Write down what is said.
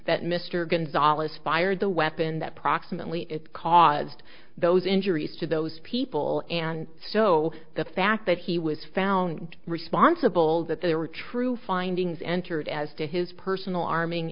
that mr gonzales fired the weapon that proximately it caused those injuries to those people and so the fact that he was found responsible that there were true findings entered as to his personal arming